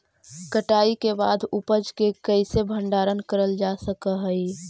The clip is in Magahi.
कटाई के बाद उपज के कईसे भंडारण करल जा सक हई?